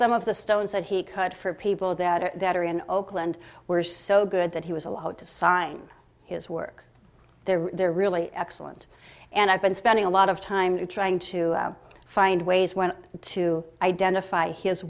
some of the stones that he cut for people that are that are in oakland were so good that he was allowed to sign his work there they're really excellent and i've been spending a lot of time trying to find ways when to identify his